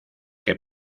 que